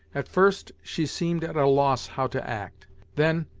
at first she seemed at a loss how to act then,